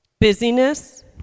Busyness